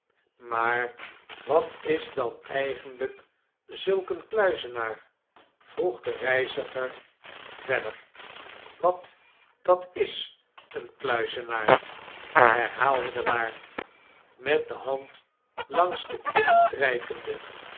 maar wat is dan eigenlyk zulk een kluizenaar vroeg de reiziger verder mopes de kluizenaak wat dat is een kluizenaar herhaalde de waard met de hand iangs de kin strpende